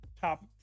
Top